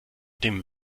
dem